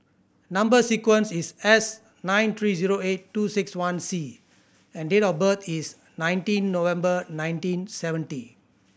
number sequence is S nine three zero eight two six one C and date of birth is nineteen November nineteen seventy